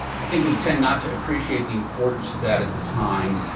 i think, we tend not to appreciate the importance of that at the time.